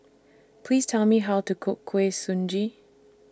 Please Tell Me How to Cook Kuih Suji